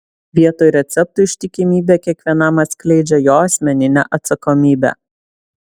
vietoj receptų ištikimybė kiekvienam atskleidžia jo asmeninę atsakomybę